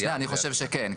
אני חושב שכן.